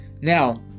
Now